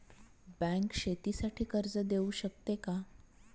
Bank शेतीसाठी कर्ज देऊ शकते का?